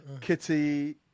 Kitty